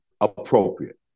appropriate